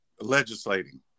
legislating